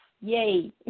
Yay